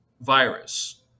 virus